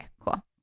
cool